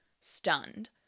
stunned